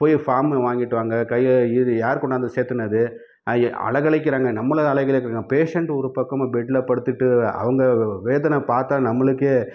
போய் ஃபார்ம் வாங்கிட்டு வாங்க கைய இது யார் கொண்டாந்து சேர்த்துனது அலக்கழிக்கிறானுங்க நம்மளை அலக்கழிங்க பேஷண்ட் ஒரு பக்கமாக பெட்டில் படுத்துட்டு அவங்க வேதனை பார்த்தா நம்மளுக்கே